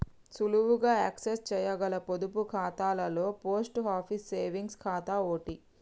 సులువుగా యాక్సెస్ చేయగల పొదుపు ఖాతాలలో పోస్ట్ ఆఫీస్ సేవింగ్స్ ఖాతా ఓటి